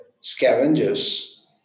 scavengers